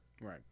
Right